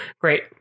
Great